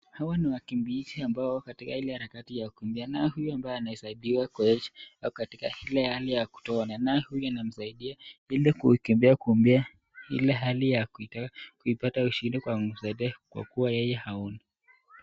Hawa ni wakimbizi ambao katika ile harakati ya kukimbia na huyu ambaye anasaidiwa Koech ako katika ile hali ya kutoona naye huyu anamsaidia ili kukimbiakimbia ile hali ya kuipata ushindi kwa kumsaidia kwa kuwa yeye haoni.